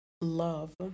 love